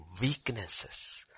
weaknesses